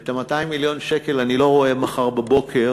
ואת 200 מיליון השקל אני לא רואה מחר בבוקר